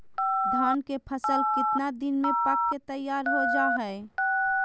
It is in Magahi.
धान के फसल कितना दिन में पक के तैयार हो जा हाय?